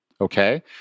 Okay